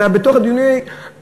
אלא זה הוצף בדיוני הוועדות.